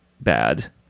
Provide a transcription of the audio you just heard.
bad